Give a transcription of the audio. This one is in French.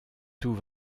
tout